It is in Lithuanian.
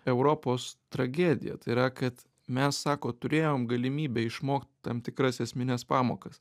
europos tragedija tai yra kad mes sako turėjom galimybę išmokt tam tikras esmines pamokas